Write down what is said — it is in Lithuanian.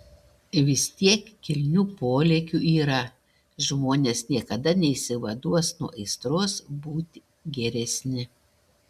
vis tiek kilnių polėkių yra žmonės niekada neišsivaduos nuo aistros būti geresni